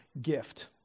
gift